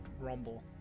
rumble